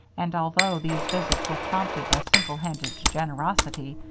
and although these visits were prompted by single-minded generosity,